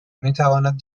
میتواند